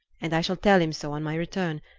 and i shall tell him so on my return,